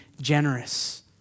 generous